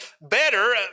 better